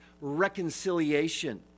reconciliation